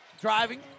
Driving